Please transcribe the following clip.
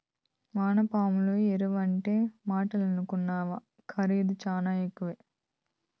వానపాముల ఎరువంటే మాటలనుకుంటివా ఖరీదు శానా ఎక్కువే